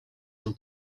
some